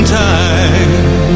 time